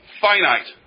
finite